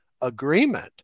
agreement